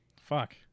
Fuck